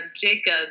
Jacob